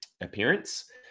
appearance